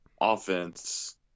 offense